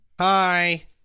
Hi